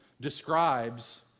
describes